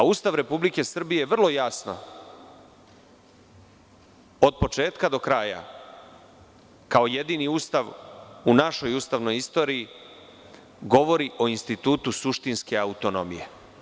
Ustav Republike Srbije vrlo jasno, od početka do kraja, kao jedini Ustav u našoj ustavnoj istoriji, govori o institutu suštinske autonomije.